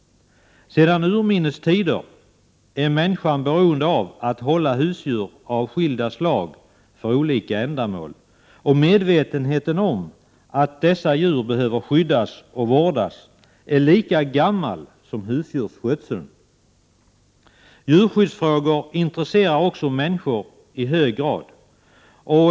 Sedan urminnes tider är människan beroende av att hålla husdjur av skilda slag för olika ändamål. Medvetenheten om att dessa djur behöver skyddas och vårdas har funnits lika länge som husdjursskötseln. Djurskyddsfrågor intresserar också människor i hög grad.